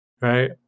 Right